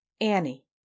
Annie